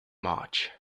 march